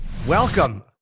welcome